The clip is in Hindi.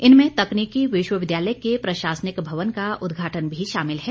इनमें तकनीकी विश्वविद्यालय के प्रशासनिक भवन का उद्घाटन भी शामिल हैं